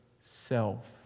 self